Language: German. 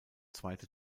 zweite